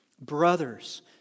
Brothers